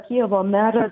kijevo meras